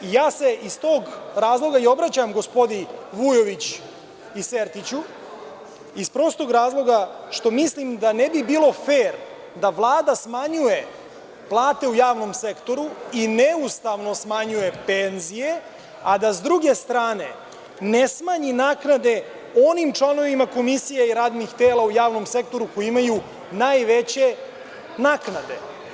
Ja se iz tog razloga i obraćam gospodi Vujoviću i Sertiću, iz prostog razloga što mislim da ne bi bilo fer da Vlada smanjuje plate u javnom sektoru i neustavno smanjuje penzije, a da sa druge strane ne smanji naknade onim članovima komisije i radnih tela u javnom sektoru koji imaju najveće naknade.